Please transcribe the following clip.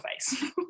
face